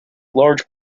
large